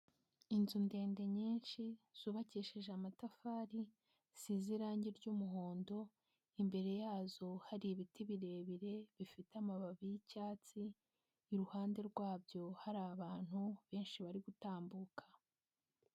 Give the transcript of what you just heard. Inzu ndende nyinshi, zubakisheje amatafari, zisize irangi ry'umuhondo, imbere yazo hari ibiti birebire, bifite amababi y'icyatsi, iruhande rwabyo hari abantu, benshi bari gutambuka.